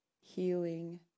healing